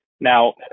Now